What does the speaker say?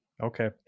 Okay